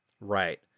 Right